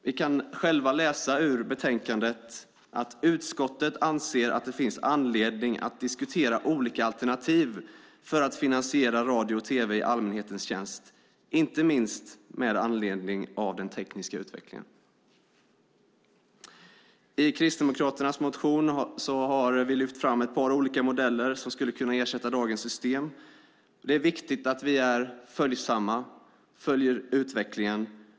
Vi kan själva läsa i betänkandet: "Utskottet anser att det finns anledning att diskutera olika alternativ för att finansiera radio och tv i allmänhetens tjänst, inte minst med anledning av den tekniska utvecklingen." I Kristdemokraternas motion har vi lyft fram ett par olika modeller som skulle kunna ersätta dagens system. Det är viktigt att vi är följsamma och följer utvecklingen.